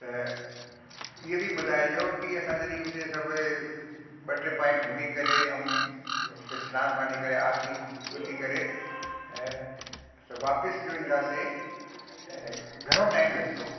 त इहे बि ॿुधाइजो कि असां जॾी हुते सब ॿ टे पॉइंट घुमी करे ऐं हुते सनानु पाणी करे आर्ती ॿुधी करे ऐं असां वापसि जो ईंदासीं घणो टाइम लॻंदो